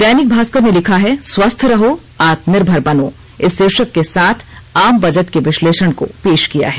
दैनिक भास्कर ने लिखा है स्वस्थ रहो आत्मनिर्भर बनो इस शीर्षक के साथ आम बजट के विश्लेषण को पेश किया है